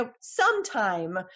sometime